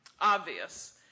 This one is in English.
obvious